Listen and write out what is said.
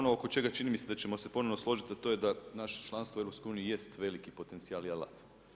Ono oko čega čini mi se da ćemo se ponovno složiti, a to je da naše članstvo u EU jest veliki potencijal i alat.